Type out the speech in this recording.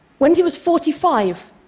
when he was forty five,